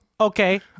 Okay